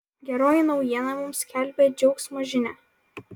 geroji naujiena mums skelbia džiaugsmo žinią